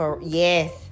Yes